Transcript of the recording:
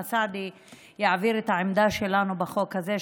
סעדי יעביר את העמדה שלנו בחוק הזה,